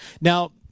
Now